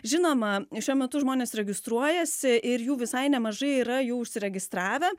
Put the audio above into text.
žinoma šiuo metu žmonės registruojasi ir jų visai nemažai yra jau užsiregistravę